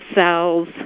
cells